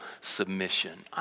submission